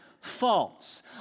false